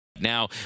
Now